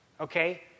Okay